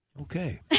okay